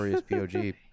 pog